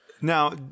Now